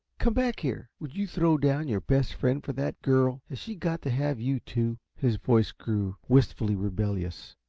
come back here! would you throw down your best friend for that girl? has she got to have you, too? his voice grew wistfully rebellious.